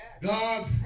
God